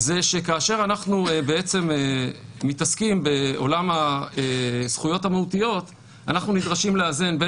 שכאשר אנחנו מתעסקים בעולם הזכויות המהותיות אנחנו נדרשים לאזן בין